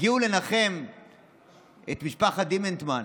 הגיעו לנחם את משפחת דימנטמן,